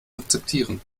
akzeptieren